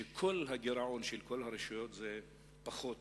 שכל הגירעון של כל הרשויות זה פחות